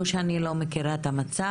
זה לא שאני לא מכירה את המצב,